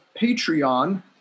Patreon